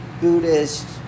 Buddhist